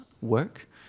work